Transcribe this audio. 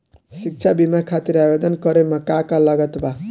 शिक्षा बीमा खातिर आवेदन करे म का का लागत बा?